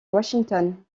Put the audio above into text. washington